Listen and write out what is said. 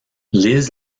liz